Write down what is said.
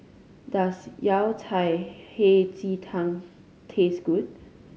does Yao Cai Hei Ji Tang taste good